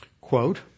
quote